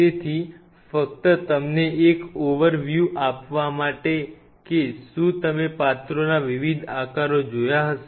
તેથી ફક્ત તમને એક ઓવર વ્યૂ આપવા માટે કે શું તમે પાત્રોના વિવિધ આકારો જોયા હશે